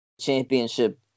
championship